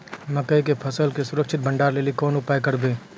मकई के फसल के सुरक्षित भंडारण लेली कोंन उपाय करबै?